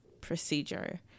procedure